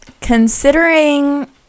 considering